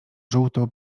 żółto